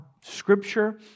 Scripture